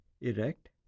erect